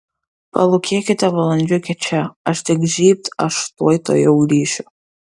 palūkėkite valandžiukę čia aš tik žybt aš tuoj tuojau grįšiu